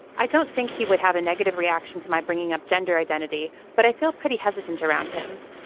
i don't think he would have a negative reaction to my bringing up gender identity but i feel pretty hesitant around him.